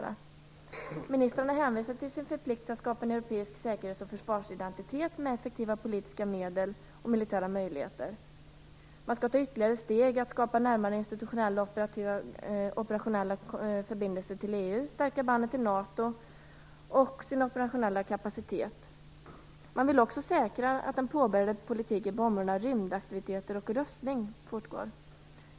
Ministrarna hänvisar till sin förpliktelse att skapa en europeisk säkerhets och försvarsidentitet med effektiva politiska medel och militära möjligheter. Man skall ta ytterligare steg för att skapa närmare institutionella och operationella förbindelser till EU, stärka banden till NATO och stärka sin operationella kapacitet. Man vill också säkra att den påbörjade politiken på områdena rymdaktiviteter och rustning fortgår.